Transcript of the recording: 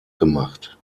gemacht